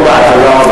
מקובל עלי.